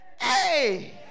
Hey